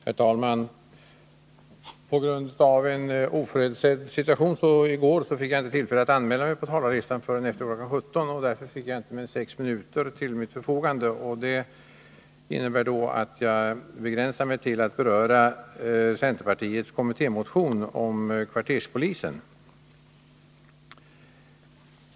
Herr talman! På grund av en oförutsedd situation i går fick jag inte tillfälle att anmäla mig på talarlistan förrän efter kl. 17.00 och fick därför bara sex minuter till mitt förfogande. Det innebär att jag begränsar mig till att beröra centerpartiets kommittémotion om kvarterspoliser.